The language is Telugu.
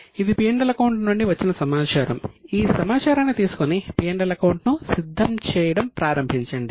ఇది P L అకౌంట్ నుండి వచ్చిన సమాచారం ఈ సమాచారాన్ని తీసుకొని P L అకౌంట్ ను సిద్ధం చేయడం ప్రారంభించండి